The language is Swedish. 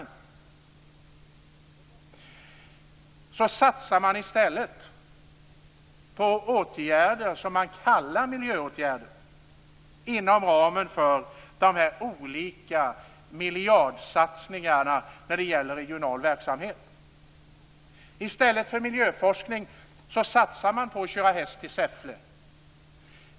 Regeringen satsar i stället på åtgärder som den kallar för miljöåtgärder inom ramen för de olika miljardsatsningarna på regional verksamhet. I stället för miljöforskning satsas det på att köra häst till Säffle.